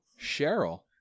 Cheryl